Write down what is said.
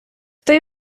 той